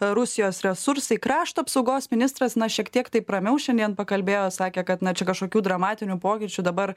rusijos resursai krašto apsaugos ministras na šiek tiek taip ramiau šiandien pakalbėjo sakė kad na čia kažkokių dramatinių pokyčių dabar